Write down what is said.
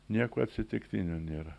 nieko atsitiktinio nėra